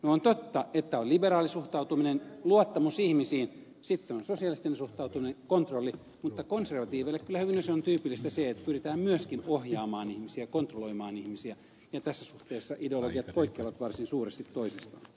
on totta että on liberaali suhtautuminen luottamus ihmisiin sitten on sosialistinen suhtautuminen kontrolli mutta konservatiiveille kyllä on hyvin tyypillistä se että pyritään myöskin ohjaamaan ihmisiä kontrolloimaan ihmisiä ja tässä suhteessa ideologiat poikkeavat varsin suuresti toisistaan